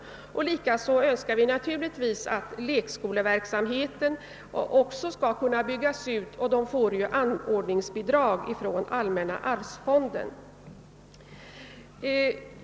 Likaså önskar vi naturligtvis att även lekskoleverksamheten kan byggas ut, och härtill utgår anordningsbidrag från allmänna arvsfonden.